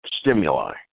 stimuli